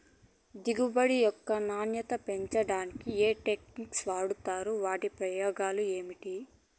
దిగుబడి యొక్క నాణ్యత పెంచడానికి ఏ టెక్నిక్స్ వాడుతారు వాటి ఉపయోగాలు ఏమిటి?